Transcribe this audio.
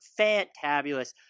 fantabulous